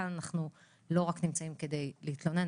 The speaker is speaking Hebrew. כאן אנחנו לא רק נמצאים כדי להתלונן,